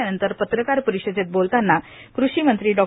यानंतर पत्रकार परिषदेत बोलताना कृषीमंत्री डॉ